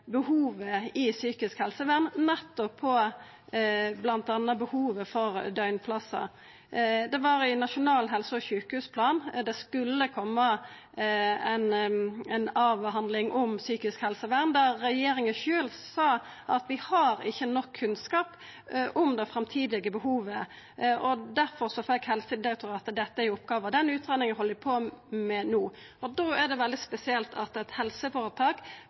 behovet i psykisk helsevern, nettopp bl.a. behovet for døgnplassar. I Nasjonal helse- og sjukehusplan skulle det koma ei avhandling om psykisk helsevern, der regjeringa sjølv sa at ein har ikkje nok kunnskap om det framtidige behovet, og difor fekk Helsedirektoratet dette i oppgåve. Den utgreiinga held dei på med no. Da er det veldig spesielt at eit helseføretak